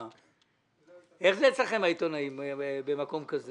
אלה לא המקרים הרגילים שאנחנו אומרים,